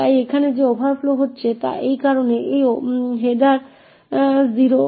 তাই এখানে যে ওভারফ্লো হচ্ছে তা এই কারণে যে এই হেডার 0